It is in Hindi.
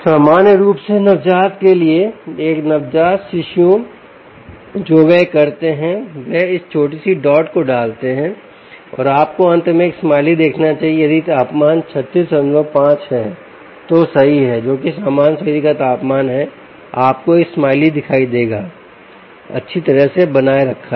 सामान्य रूप से नवजात के लिए एक नवजात शिशुओं जो वे करते हैं वे इस छोटी सी डॉट को डालते हैं और आप को अंत में एक स्माइली देखना चाहिए यदि तापमान 365 है तो सही है जो कि सामान्य शरीर का तापमान है आपको एक स्माइली दिखाई देगा थर्मो विनियमन अच्छी तरह से बनाए रखा है